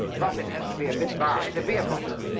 boffin has to be a bit balmy to be a boffin.